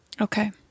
Okay